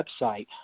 website